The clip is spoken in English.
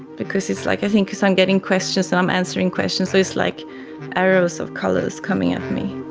because it's like i think because i'm getting questions and i'm answering questions, it's like arrows of colours coming at me.